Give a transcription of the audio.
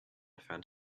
found